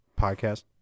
podcast